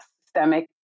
systemic